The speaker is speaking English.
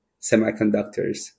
semiconductors